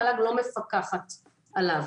מל"ג לא מפקחת עליו.